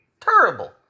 Terrible